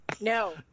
No